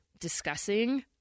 discussing